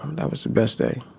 um that was the best day